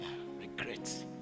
regrets